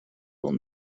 will